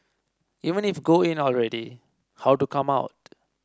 even if go in already how to come out